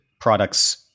products